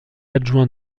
adjoint